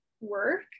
work